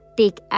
take